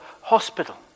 hospital